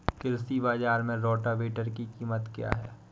कृषि बाजार में रोटावेटर की कीमत क्या है?